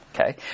Okay